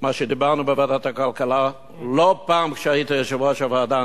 מה שדיברנו בוועדת הכלכלה לא פעם כשהיית יושב-ראש הוועדה,